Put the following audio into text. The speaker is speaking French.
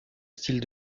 style